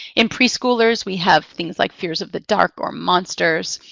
in preschoolers, we have things like fears of the dark or monsters.